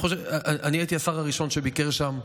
אני הייתי השר הראשון שביקר שם,